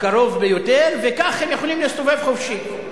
הקרוב ביותר, וכך הם יכולים להסתובב חופשי.